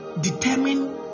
determine